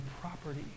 property